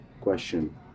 question